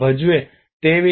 video સમાપ્ત થવાનો સમય 1856